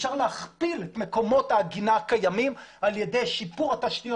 אפשר להכפיל את מקומות העגינה הקיימים על ידי שיפור התשתיות